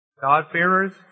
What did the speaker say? God-fearers